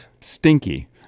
Stinky